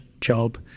job